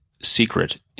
secret